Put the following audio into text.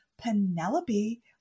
penelope